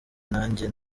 nanjye